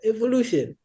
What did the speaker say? Evolution